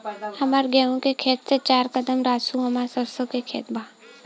हमार गेहू के खेत से चार कदम रासु हमार सरसों के खेत बा